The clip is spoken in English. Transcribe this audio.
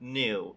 new